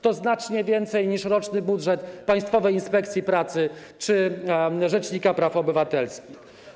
To znacznie więcej niż roczny budżet Państwowej Inspekcji Pracy czy rzecznika praw obywatelskich.